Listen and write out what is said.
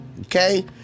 Okay